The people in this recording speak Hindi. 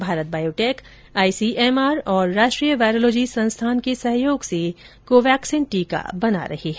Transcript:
भारत बायोटेक आईसीएमआर और राष्ट्रीय वायरोलॉजी संस्थान के सहयोग से कोवैक्सीन टीका बना रही है